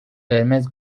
قرمز